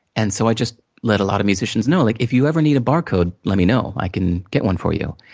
and so, i just let a lot of musicians know, like if you need a barcode, let me know, i can get one for you.